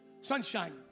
Sunshine